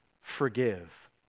Forgive